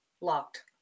locked